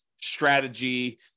strategy